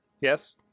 yes